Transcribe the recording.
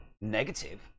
negative